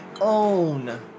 own